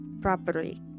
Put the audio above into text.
properly